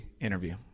interview